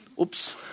Oops